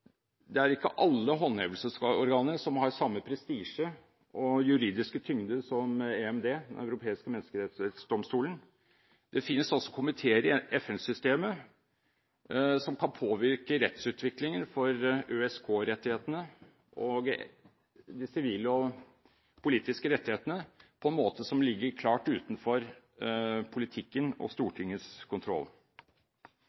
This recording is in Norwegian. at det ikke er alle håndhevelsesorganer som har samme prestisje og juridiske tyngde som EMD, Den europeiske menneskerettighetsdomstolen. Det finnes også komiteer i FN-systemet som kan påvirke rettsutviklingen for ØSK-rettighetene og de sivile og politiske rettighetene på en måte som ligger klart utenfor politikken og